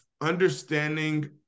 understanding